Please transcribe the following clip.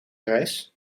reis